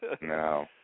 No